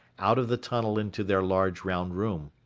out of the tunnel into their large round room.